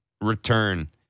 return